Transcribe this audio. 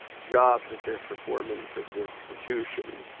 job that they're performing for the institution.